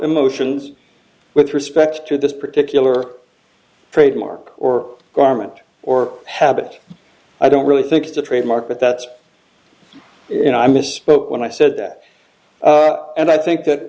emotions with respect to this particular trademark or garment or habit i don't really think it's a trademark but that's you know i misspoke when i said that and i think that